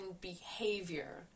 behavior